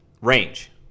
Range